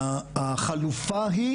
החלופה היא,